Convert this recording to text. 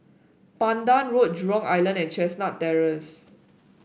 Pandan Road Jurong Island and Chestnut Terrace